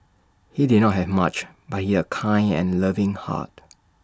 he did not have much but he had A kind and loving heart